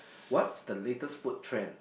what's the latest food trend